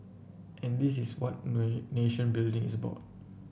and this is what nation building is about